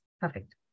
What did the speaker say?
perfect